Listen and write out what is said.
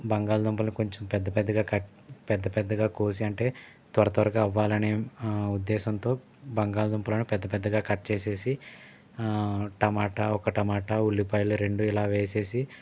బంగాళదుంపలు కొంచెం పెద్ద పెద్దగా కట్ పెద్ద పెద్దగా కోసి అంటే త్వర త్వరగా అవ్వాలని ఉద్దేశంతో బంగాళదుంపలను పెద్దపెద్దగా కట్ చేసేసి టమాట ఒక టమాట ఉల్లిపాయిలు రెండు ఇలా వేసేసి